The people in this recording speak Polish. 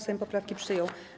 Sejm poprawki przyjął.